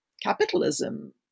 capitalism